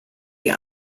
die